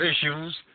issues